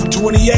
28